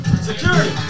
Security